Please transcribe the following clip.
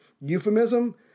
euphemism